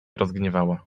rozgniewała